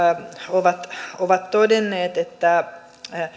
ovat ovat todenneet että